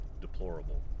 deplorable